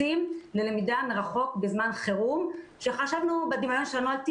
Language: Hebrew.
עושים תנועות, הילד לא רואה את זה, הרי הכול דרך